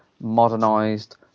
modernized